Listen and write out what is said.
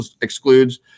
excludes